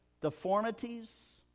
deformities